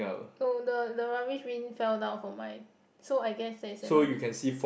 no the the rubbish bin fell down for mine so I guess that's another difference